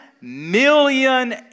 million